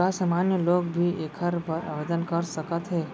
का सामान्य लोग भी एखर बर आवदेन कर सकत हे?